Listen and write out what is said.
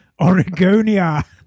Oregonia